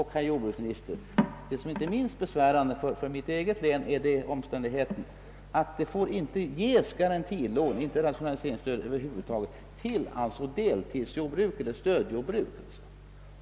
Vad som inte minst är besvärande för mitt eget län, herr jordbruksminister, är den omständigheten att det inte får ges garantilån eller rationaliseringsstöd över huvud taget till deltidsjordbruk och stödjordbruk.